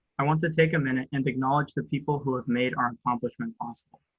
i want to take a minute and acknowledge the people who have made our accomplishment possible.